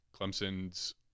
Clemson's